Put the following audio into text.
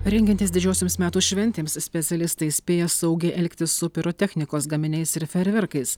rengiantis didžiosioms metų šventėms specialistai įspėja saugiai elgtis su pirotechnikos gaminiais ir fejerverkais